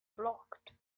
blocked